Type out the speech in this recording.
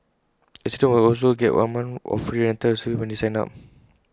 residents will also get one month of free rental service when they sign up